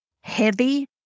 heavy